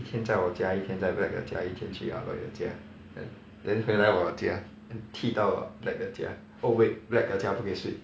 一天在我家一天在 black 的家一天去 ah loi 的家 then then 回来我家 then 踢到 black 的家 oh wait black 的家不可以睡